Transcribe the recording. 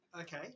okay